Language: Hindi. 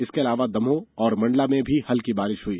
इसके अलावा दमोह और मंडला में भी हल्की बारिश हुई